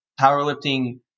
powerlifting